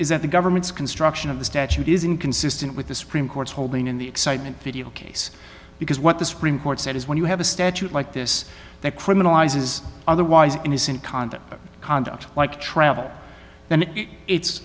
is that the government's construction of the statute is inconsistent with the supreme court's holding in the excitement video case because what the supreme court said is when you have a statute like this that criminalizes otherwise innocent conduct of conduct like travel then it's